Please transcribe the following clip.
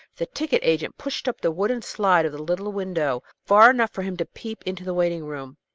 the ticket agent pushed up the wooden slide of the little window far enough for him to peep into the waiting-room.